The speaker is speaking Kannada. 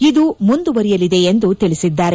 ಇದು ಮುಂದುವರೆಯಲಿದೆ ಎಂದು ತಿಳಿಸಿದ್ದಾರೆ